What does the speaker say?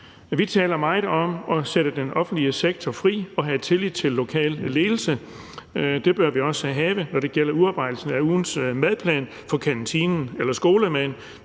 Vi taler meget om at sætte den offentlige sektor fri og have tillid til lokal ledelse, og det bør vi også have, når det gælder udarbejdelsen af ugens madplan for kantinen eller skolemaden.